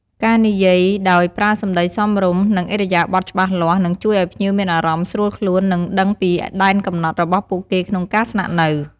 ការនិយាយាដោយប្រើសម្តីសមរម្យ និងឥរិយាបទច្បាស់លាស់ នឹងជួយឲ្យភ្ញៀវមានអារម្មណ៍ស្រួលខ្លួន និងដឹងពីដែនកំណត់របស់ពួកគេក្នុងការស្នាក់នៅ។